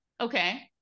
Okay